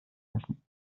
müssen